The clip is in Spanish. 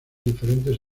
diferentes